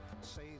say